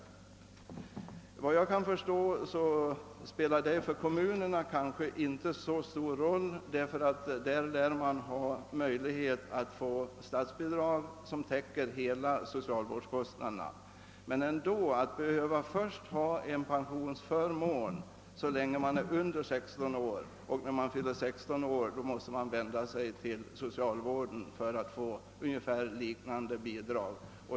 Efter vad jag kan förstå spelar detta kanske inte så stor roll för kommunerna, eftersom de lär ha möjlighet att få statsbidrag som täcker hela socialvårdskostnaden. Situationen är nu den att man först har en pensionsförmån, så länge man är under 16 år, men sedan, när man fyllt 16 år, måste vända sig till socialvården för att få ett liknande bidrag.